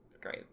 great